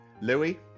Louis